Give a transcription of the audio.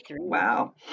wow